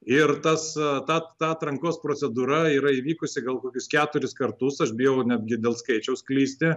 ir tas ta ta atrankos procedūra yra įvykusi gal kokius keturis kartus aš bijau netgi dėl skaičiaus klysti